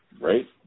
right